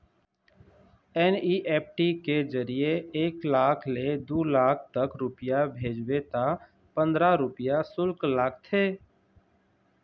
NEFT के जरिए एक लाख ले दू लाख तक रूपिया भेजबे त पंदरा रूपिया सुल्क लागथे